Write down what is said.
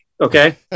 Okay